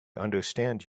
understand